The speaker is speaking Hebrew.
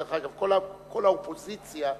דרך אגב, כל האופוזיציה דאז,